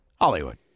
Hollywood